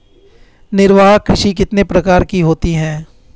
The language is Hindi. निर्वाह कृषि कितने प्रकार की होती हैं?